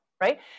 right